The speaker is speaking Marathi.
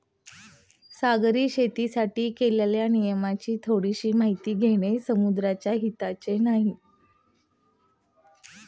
सागरी शेतीसाठी केलेल्या नियमांची थोडीशी माहिती घेणे समुद्राच्या हिताचे नाही